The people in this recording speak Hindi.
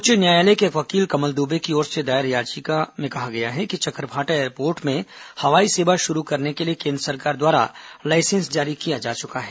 उच्च न्यायालय के एक वकील कमल दुबे की ओर से दायर इस याचिका में कहा गया है कि चकरभाटा एयरपोर्ट में हवाई सेवा शुरू करने के लिए केन्द्र सरकार द्वारा लाइसेंस जारी किया जा चुका है